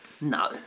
No